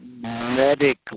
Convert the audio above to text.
medically